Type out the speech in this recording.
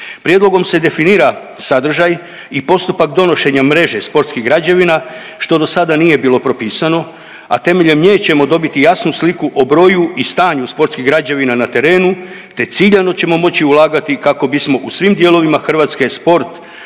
Prijedlogom se definira sadržaj i postupak donošenja mreže sportskih građevina što do sada nije bilo propisano, a temeljem nje ćemo dobiti jasnu sliku o broju i stanju sportskih građevina na terenu te ciljano ćemo moći ulagati kako bismo u svim dijelovima Hrvatske sport